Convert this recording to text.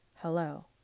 Hello